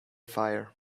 fire